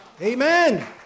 Amen